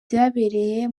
byabereye